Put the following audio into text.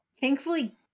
thankfully